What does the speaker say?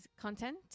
content